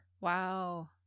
Wow